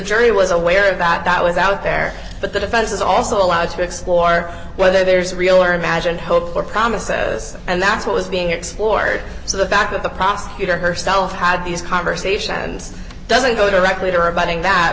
jury was aware of that that was out there but the defense is also allowed to explore whether there's real or imagined hope or promise says and that's what was being explored so the fact that the prosecutor herself had these conversations doesn't go directly to rebutting that